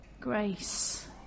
grace